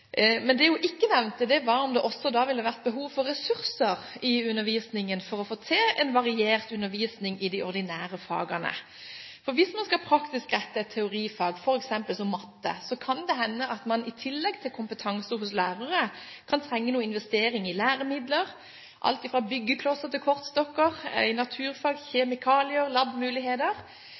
Men det hun ikke nevnte, var om det også ville vært behov for ressurser i undervisningen for å få til en variert undervisning i de ordinære fagene. Hvis man skal praksisrette et teorifag som f.eks. matte, kan det hende at man i tillegg til kompetanse hos lærere kan trenge noe investering i læremidler – som alt fra byggeklosser til kortstokker, og i naturfag kjemikalier og labmuligheter